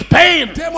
pain